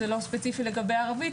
זה לא ספציפי לגבי ערבית,